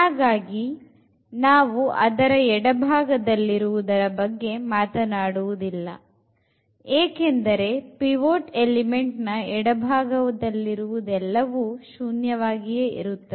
ಹಾಗಾಗಿ ನಾವು ಅದರ ಎಡಭಾಗದಲ್ಲಿರುವುದರ ಬಗ್ಗೆ ಮಾತನಾಡುವುದಿಲ್ಲ ಏಕೆಂದರೆ ಪಿವೊಟ್ ಎಲಿಮೆಂಟ್ ನ ಎಡಭಾಗದಲ್ಲಿರುವದೆಲ್ಲವೂ ಶೂನ್ಯ ವಾಗಿರುತ್ತದೆ